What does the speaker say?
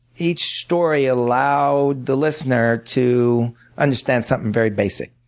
each story allowed the listener to understand something very basic.